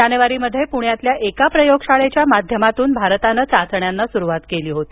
जानेवारीमध्ये पुण्यातील एका प्रयोगशाळेच्या माध्यमातून भारतानं चाचण्यांना सुरुवात केली होती